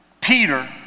Peter